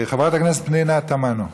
חברת הכנסת פנינה תמנו,